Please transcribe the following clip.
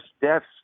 deaths